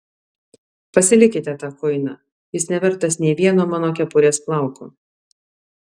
pasilikite tą kuiną jis nevertas nė vieno mano kepurės plauko